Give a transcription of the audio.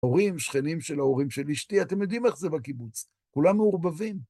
הורים, שכנים של ההורים של אשתי, אתם יודעים איך זה בקיבוץ, כולם מעורבבים.